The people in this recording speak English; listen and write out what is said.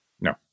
No